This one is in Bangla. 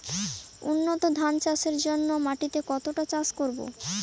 উন্নত ধান চাষের জন্য মাটিকে কতটা চাষ করব?